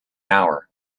hour